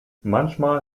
manchmal